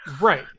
Right